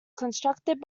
constructed